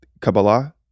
Kabbalah